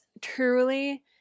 truly